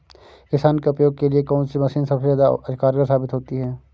किसान के उपयोग के लिए कौन सी मशीन सबसे ज्यादा कारगर साबित होती है?